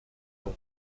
nom